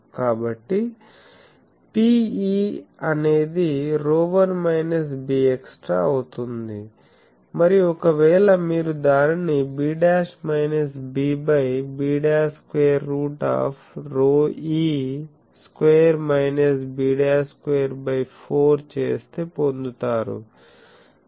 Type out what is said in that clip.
కాబట్టి Pe అనేది ρ1 minus bextra అవుతుంది మరియు ఒకవేళ మీరు దానిని b minus b b square root of ρe square minus b square by 4 చేస్తే పొందుతారు